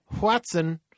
Watson